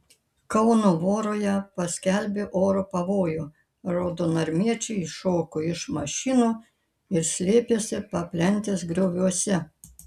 kauno voroje paskelbė oro pavojų raudonarmiečiai iššoko iš mašinų ir slėpėsi paplentės grioviuose